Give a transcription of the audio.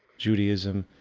judaism,